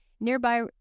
Nearby